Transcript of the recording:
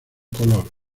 color